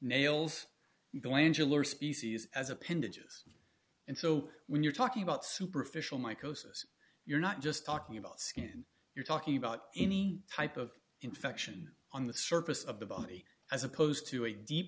nails glandular species as appendages and so when you're talking about superficial my cosas you're not just talking about skin you're talking about any type of infection on the surface of the body as opposed to a deep